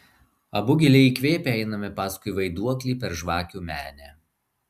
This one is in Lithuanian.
abu giliai įkvėpę einame paskui vaiduoklį per žvakių menę